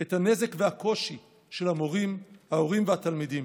את הנזק והקושי של המורים, ההורים והתלמידים.